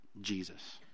Jesus